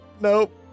Nope